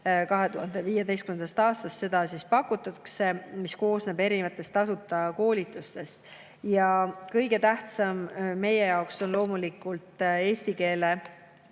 2015. aastast seda pakutakse –, mis koosneb erinevatest tasuta koolitustest. Kõige tähtsam meie jaoks on loomulikult eesti keele